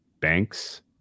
banks